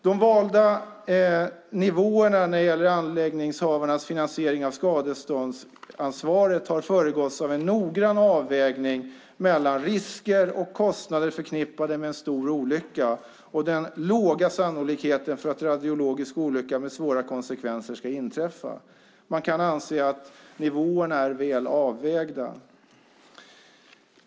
De valda nivåerna när det gäller anläggningshavarnas finansiering av skadeståndsansvaret har föregåtts av en noggrann avvägning mellan risker och kostnader förknippade med en stor olycka och den låga sannolikheten för att en radiologisk olycka med svåra konsekvenser ska inträffa. Man kan anse att nivåerna är väl avvägda.